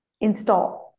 install